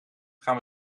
gaan